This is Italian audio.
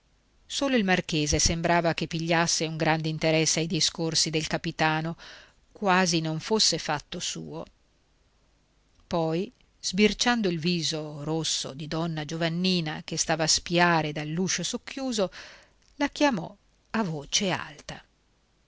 solo il marchese sembrava che pigliasse un grande interesse ai discorsi del capitano quasi non fosse fatto suo poi sbirciando il viso rosso di donna giovannina che stava a spiare dall'uscio socchiuso la chiamò a voce alta